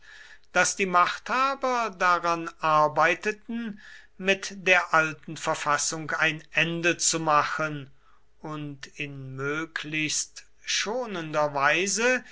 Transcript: daß die machthaber daran arbeiteten mit der alten verfassung ein ende zu machen und in möglichst schonender weise